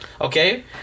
okay